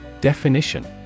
Definition